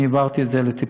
אני העברתי את זה לטיפול.